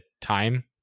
time